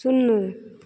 शुन्ना